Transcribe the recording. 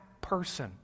person